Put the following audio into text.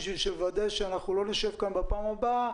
בשביל שאנחנו לא נשב כאן בפעם הבאה,